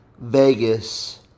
Vegas